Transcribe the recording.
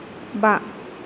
बा